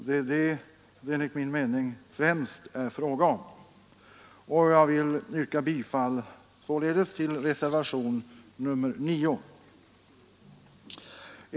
Det är vad det enligt min mening främst är frågan om. Jag vill således yrka bifall till reservationen 9.